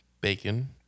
bacon